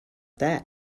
that